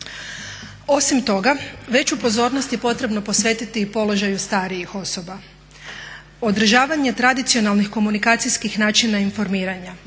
Osim toga veću pozornost je potrebno posvetiti i položaju starijih osoba. Održavanje tradicionalnih komunikacijskih načina informiranja,